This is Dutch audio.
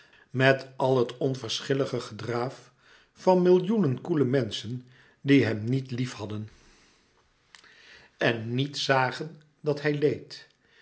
met al het onverschillige gedraaf van millioenen koele menschen die hem niet lief hadden en niet zagen dat hij leed